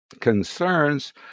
concerns